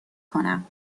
کنم